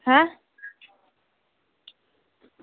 ऐं